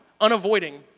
Unavoiding